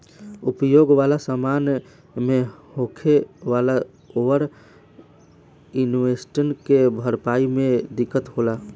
उपभोग वाला समान मे होखे वाला ओवर इन्वेस्टमेंट के भरपाई मे दिक्कत होला